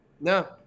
No